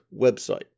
website